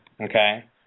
Okay